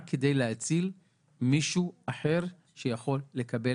רק כדי להציל מישהו אחר שיכול לקבל